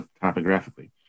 topographically